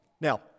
Now